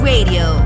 Radio